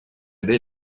aider